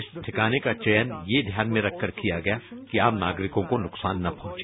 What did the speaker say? इस ठिकाने का चयन ये ध्यान में रखकर किया गया कि आम नागरिकों को नुकसान न पहुंचे